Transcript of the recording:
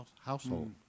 household